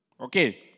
Okay